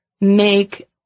make